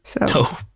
No